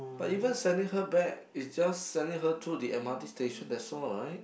but even sending her back is just sending her to the m_r_t station that's all right